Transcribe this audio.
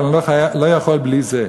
אבל אני לא יכול בלי זה.